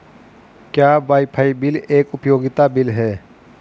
क्या wifi bill एक उपयोगिता बिल है?